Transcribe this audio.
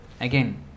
Again